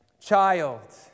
child